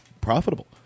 profitable